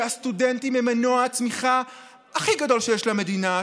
שהסטודנטים הם מנוע הצמיחה הכי גדול שיש למדינה?